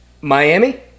Miami